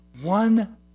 one